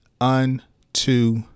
unto